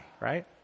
right